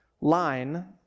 line